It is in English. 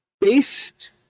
based